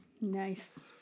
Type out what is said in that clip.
Nice